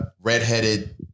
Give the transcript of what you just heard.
redheaded